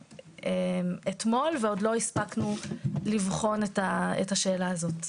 אתמול ועוד לא הספקנו לבחון את השאלה הזאת.